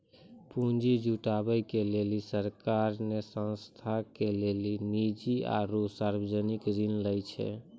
पुन्जी जुटावे के लेली सरकार ने संस्था के लेली निजी आरू सर्वजनिक ऋण लै छै